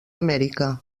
amèrica